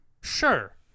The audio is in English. sure